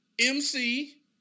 MC